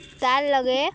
ତାର୍ ଲାଗେ